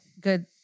good